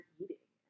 eating